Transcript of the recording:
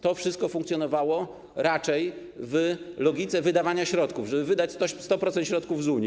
To wszystko funkcjonowało raczej w logice wydawania środków, żeby wydać 100% środków z Unii.